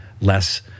less